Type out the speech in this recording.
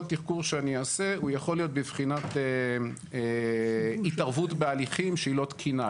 תחקור שאני אעשה הוא יכול להיות בבחינת התערבות בהליכים שהיא לא תקינה,